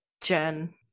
Jen